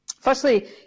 Firstly